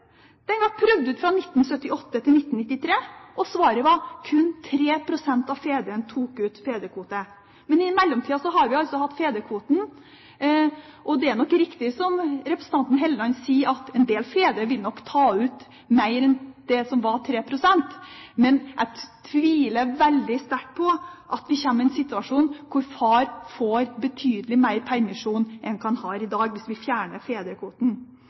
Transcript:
Den ble prøvd ut fra 1978 til 1993, og svaret var at kun 3 pst. av fedrene tok ut fedrekvote. Men i mellomtida har vi altså fått fedrekvoten, og det er nok riktig som representanten Hofstad Helleland sier, at en del fedre vil nok ta ut mer enn 3 pst., som det var før, men jeg tviler veldig sterkt på at vi kommer i en situasjon hvor far får betydelig mer permisjon enn han har i dag, hvis vi fjerner fedrekvoten.